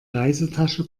reisetasche